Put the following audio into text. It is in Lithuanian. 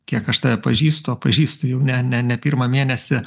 kiek aš tave pažįstu o pažįstu jau ne ne ne pirmą mėnesį